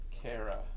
Kara